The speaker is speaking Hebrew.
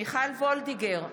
מיכל וולדיגר,